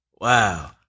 Wow